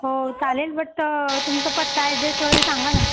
हो चालेल बट तुमचा पत्ता ॲड्रेस वगैरे सांगा ना